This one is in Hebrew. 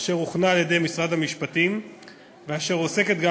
אשר הוכנה על-ידי משרד המשפטים ואשר עוסקת גם